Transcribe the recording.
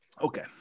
okay